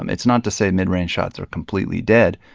um it's not to say mid-range shots are completely dead,